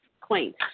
quaint